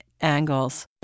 angles